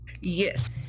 Yes